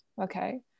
okay